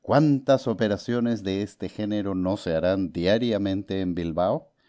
cuántas operaciones de este género no se harán diariamente en bilbao